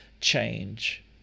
change